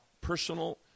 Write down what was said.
personal